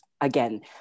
again